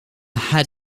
had